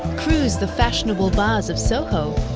cruise the fashionable bars of soho,